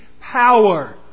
power